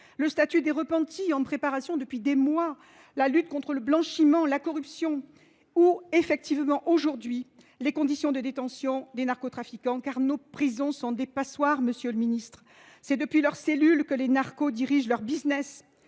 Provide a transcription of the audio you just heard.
le statut des repentis, en préparation depuis des mois ; la lutte contre le blanchiment, la corruption ; les conditions de détention des narcotrafiquants, car nos prisons sont des passoires, monsieur le garde des sceaux, et c’est depuis leur cellule que les narcos dirigent leur business.